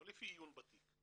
לא לפי עיון בתיק,